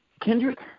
Kendrick